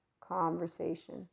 conversation